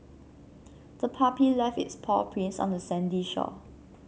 the puppy left its paw prints on the sandy shore